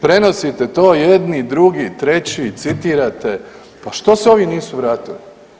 Prenosite to jedni, drugi, treći, citirate, pa što se ovi nisu vratili?